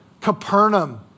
Capernaum